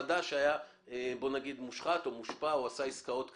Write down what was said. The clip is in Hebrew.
שהיה מושחת או מושפע או עשה עסקאות כאלה.